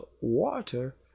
water